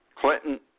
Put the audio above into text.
Clinton